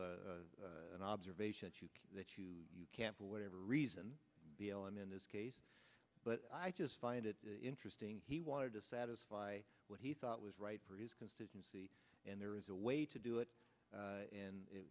have an observation that you can't for whatever reason be elam in this case but i just find it interesting he wanted to satisfy what he thought was right for his constituency and there is a way to do it and it